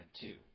two